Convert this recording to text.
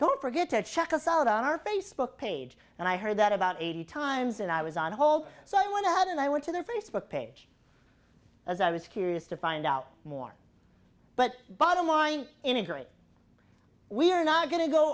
don't forget to check us out on our facebook page and i heard that about eighty times and i was on hold so i went ahead and i went to their facebook page as i was curious to find out more but bottom line in a great we are not going to go